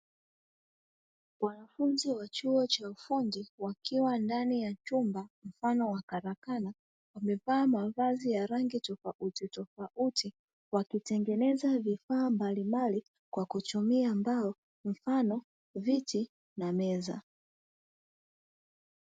Wanafunzi wa chuo cha ufundi, wakiwa ndani ya chumba mfano wa karakana, wamevaa mavazi ya rangi tofauti tofauti, wakitengeneza vifaa mbalimbali kwa kutumia mbao mfano viti na meza.